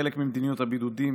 כחלק ממדיניות הבידודים